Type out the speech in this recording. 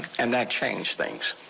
and that change things.